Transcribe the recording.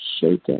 shaken